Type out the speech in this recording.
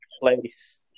place